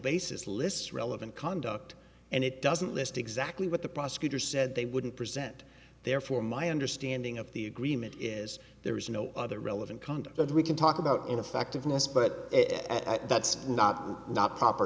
basis lists relevant conduct and it doesn't list exactly what the prosecutor said they wouldn't present therefore my understanding of the agreement is there is no other relevant conduct that we can talk about ineffectiveness but at that's not proper